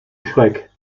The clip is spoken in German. schreck